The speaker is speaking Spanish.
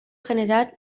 general